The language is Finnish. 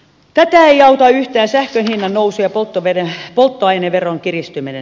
tätä ei auta yhtään sähkön hinnannousu ja polttoaineveron kiristyminen